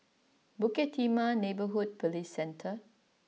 Bukit Timah Neighbourhood Police Centre